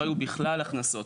לא היו בכלל הכנסות,